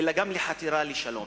אלא גם לחתירה לשלום.